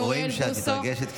רואים שאת מתרגשת,